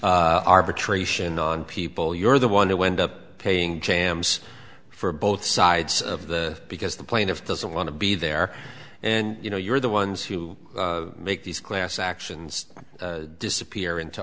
arbitration on people you're the one who end up paying jams for both sides of the because the plaintiff doesn't want to be there and you know you're the ones who make these class actions disappear into